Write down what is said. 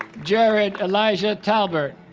jared elijah talbert